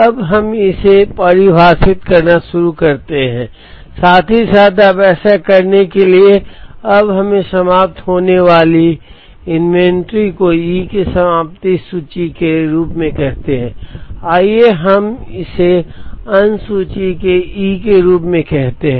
अब हमें इसे परिभाषित करना शुरू करना है और साथ ही साथ अब ऐसा करने के लिए अब हमें समाप्त होने वाली इन्वेंट्री को E की समाप्ति सूची के रूप में कहते हैं आइए हम इसे अंत सूची के ई के रूप में कहते हैं